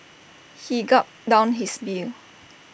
he gulped down his beer